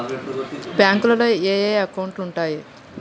బ్యాంకులో ఏయే అకౌంట్లు ఉంటయ్?